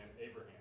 Abraham